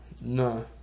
No